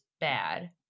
bad